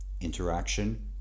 interaction